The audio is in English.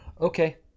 Okay